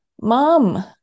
mom